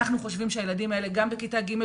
ואנחנו חושבים שהילדים האלה בכיתה ג',